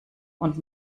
und